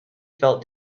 felt